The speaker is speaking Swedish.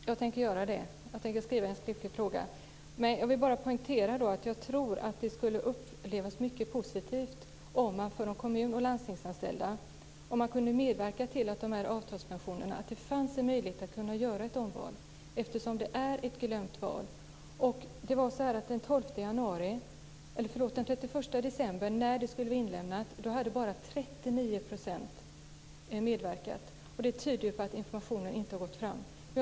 Fru talman! Jag tänker lämna in en skriftlig fråga. Jag vill poängtera att jag tror att det skulle upplevas som mycket positivt om det gick att för kommunoch landstingsanställda medverka till att det fanns en möjlighet till att göra ett omval av avtalspensionerna. Det är ett glömt val. Den 31 december, när valet skulle vara inlämnat, hade bara 39 % medverkat. Det tyder på att informationen inte har gått fram.